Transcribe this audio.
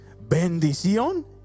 Bendición